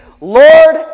Lord